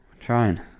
trying